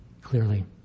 clearly